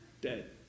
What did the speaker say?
Dead